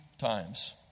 times